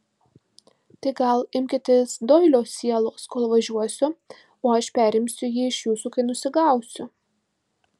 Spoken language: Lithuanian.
tai gal imkitės doilio sielos kol važiuosiu o aš perimsiu jį iš jūsų kai nusigausiu